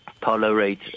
tolerate